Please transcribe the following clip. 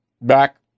Back